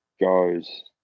goes